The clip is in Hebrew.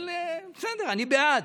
אבל בסדר, אני בעד.